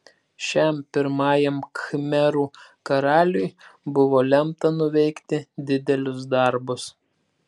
šiam pirmajam khmerų karaliui buvo lemta nuveikti didelius darbus